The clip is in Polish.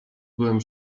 byłem